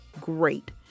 great